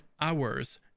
hours